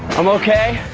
i'm okay!